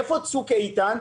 איפה צוק איתן?